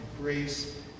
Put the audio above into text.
grace